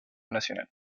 nacional